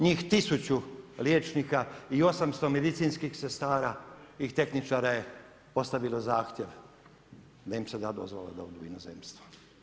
Njih 1000 liječnika i 800 medicinskih sestara i tehničara je postavilo zahtjev da im se da dozvola da odu u inozemstvo.